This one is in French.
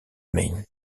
main